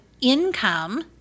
income